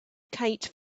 kite